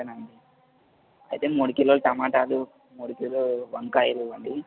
అయితే మూడు కిలోలు టొమాటోలు మూడు కిలోలు వంకాయలు ఇవ్వండి